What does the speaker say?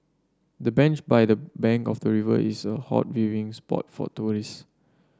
the bench by the bank of the river is a hot viewing spot for tourist